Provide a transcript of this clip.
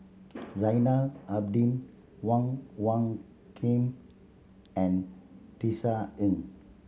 Zainal Abidin Wong Hung Khim and Tisa Ng